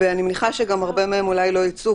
ואני מניחה שהרבה מהם לא ייצאו,